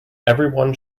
everyone